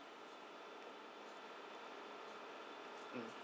mm